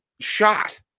shot